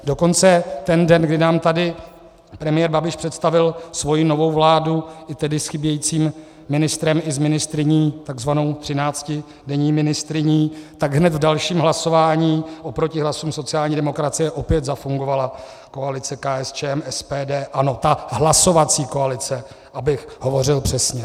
Dokonce ten den, kdy nám tady premiér Babiš představil svoji novou vládu, i tedy s chybějícím ministrem i s ministryní, tzv. třináctidenní ministryní, tak hned v dalším hlasování oproti hlasům sociální demokracie opět zafungovala koalice KSČM, SPD, ANO, ta hlasovací koalice, abych hovořil přesně.